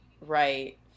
right